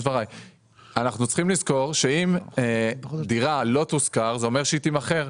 אנחנו צריכים לזכור שאם דירה לא תושכר זה אומר שהיא תימכר.